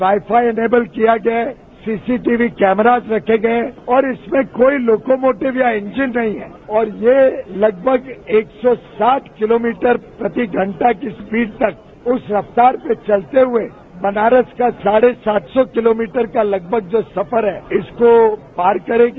wi fi enabled किया गया है सीसी टीवी कैमराज रखे गये और इसमें कोई लोकोमोटिव या इंजन नहीं है और यह लगभग एक सौ साठ किलोमीटर प्रति घंटा की स्पीड तक उस रफ्तार से चलते हुए बनारस का साढ़े सात सौ किलोमीटर का लगभग जो सफर है इसको पार करेगी